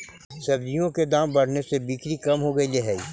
सब्जियों के दाम बढ़ने से बिक्री कम हो गईले हई